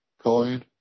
coin